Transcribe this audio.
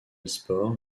sport